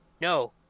no